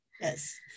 Yes